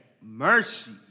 mercy